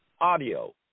audio